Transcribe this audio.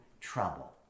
trouble